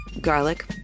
garlic